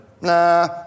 Nah